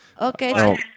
Okay